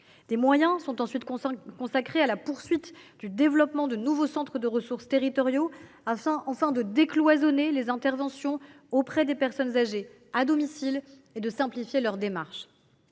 Des moyens sont ensuite consacrés à la poursuite du développement de nouveaux centres de ressources territoriaux, afin de décloisonner les interventions auprès des personnes âgées à domicile et de simplifier leurs démarches.